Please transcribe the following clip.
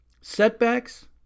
Setbacks